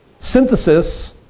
synthesis